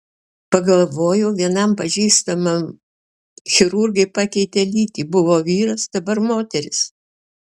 pagalvojau vienam pažįstamam chirurgai pakeitė lytį buvo vyras dabar moteris